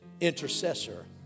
intercessor